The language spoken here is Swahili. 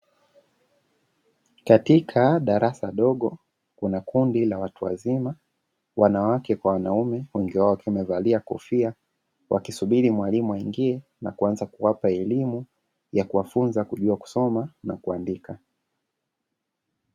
Katika darasa dogo kuna kundi la watu wazima (wanawake kwa wanaume) wengi wao wakiwa wamevalia kofia, wakisubiri mwalimu aingie na kuanza kuwapa elimu ya kuwafunza kujua kusoma na kuandika.